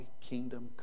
kingdom